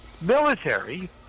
military